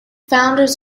founders